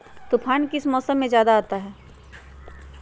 तूफ़ान किस मौसम में ज्यादा आता है?